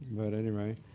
but anyway.